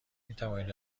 میتوانید